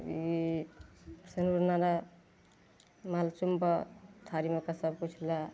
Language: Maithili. ई फेन ओइदिनाके मालकिनपर थारीमे के सब किछु लए